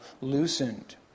loosened